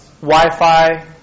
Wi-Fi